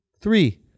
Three